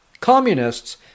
Communists